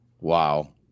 Wow